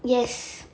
yes